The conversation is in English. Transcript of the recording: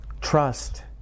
Trust